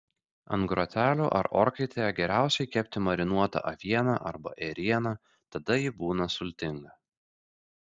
ant grotelių ar orkaitėje geriausiai kepti marinuotą avieną arba ėrieną tada ji būna sultinga